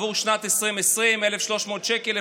עבור שנת 2020, 1,300 שקל.